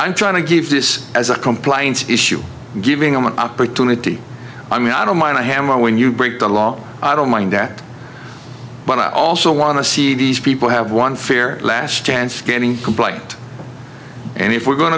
i'm trying to give this as a compliance issue giving them an opportunity i mean i don't mind a hammer when you break the law i don't mind that but i also want to see these people have won fair last chance getting complacent and if we're going